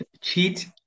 cheat